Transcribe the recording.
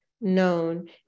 known